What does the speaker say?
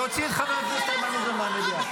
להוציא את חבר הכנסת איימן עודה מהמליאה.